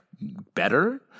better